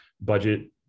budget